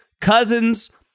Cousins